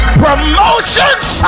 promotions